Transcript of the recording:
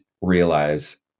realize